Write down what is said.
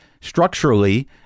structurally